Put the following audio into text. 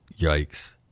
Yikes